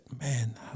man